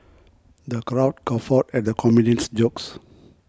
the crowd guffawed at the comedian's jokes